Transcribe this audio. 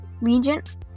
Regent